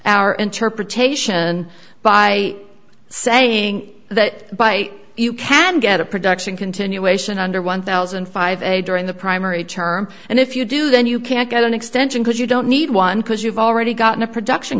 our interpretation by saying that by you can get a production continuation under one thousand and five a during the primary term and if you do then you can't get an extension because you don't need one because you've already gotten a production